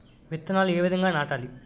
విత్తనాలు ఏ విధంగా నాటాలి?